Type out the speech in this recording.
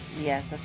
Yes